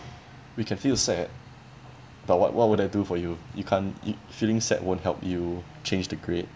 we can feel sad but what what would that do for you you can't you feeling sad won't help you change the grade